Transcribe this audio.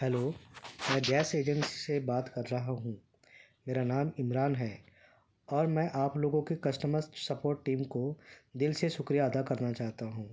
hello میں gas agency سے بات کر رہا ہوں میرا نام عمران ہے اور میں آپ لوگوں کے کسٹمر سپورٹ ٹیم کو دل سے شکریہ ادا کرنا چاہتا ہوں